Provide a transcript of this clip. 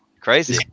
Crazy